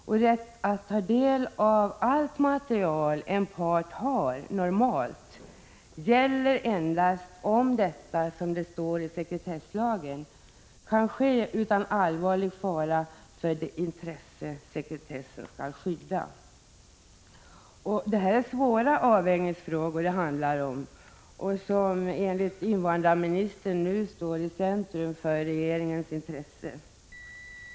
Den rätt att ta del av allt material som en part normalt har gäller endast om detta, som det står i sekretesslagen, kan ske utan allvarlig fara för det intresse sekretessen skall skydda. Här handlar det om svåra avvägningsfrågor, som enligt invandrarministern nu står i centrum för regeringens intresse.